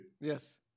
Yes